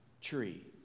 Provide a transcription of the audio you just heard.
tree